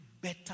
better